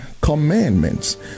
Commandments